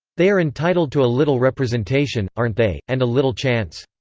they are entitled to a little representation, aren't they, and a little chance?